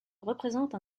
représente